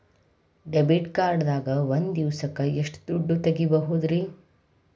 Debit card ದಾಗ ಒಂದ್ ದಿವಸಕ್ಕ ಎಷ್ಟು ದುಡ್ಡ ತೆಗಿಬಹುದ್ರಿ?